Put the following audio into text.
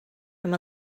from